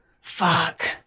Fuck